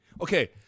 Okay